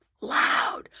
loud